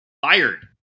Fired